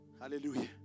Hallelujah